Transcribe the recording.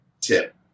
tip